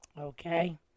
okay